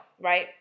Right